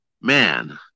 man